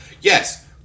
yes